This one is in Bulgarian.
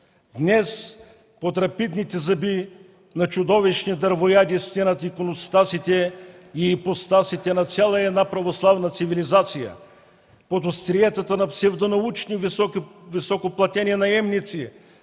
Днес под рапидните зъби на чудовищни дървояди стенат иконостасите и ипостасите на цяла една православна цивилизация. Под остриетата на псевдонаучни високоплатени наемници